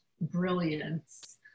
brilliance